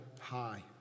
high